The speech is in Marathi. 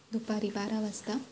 दुपारी बारा वाजता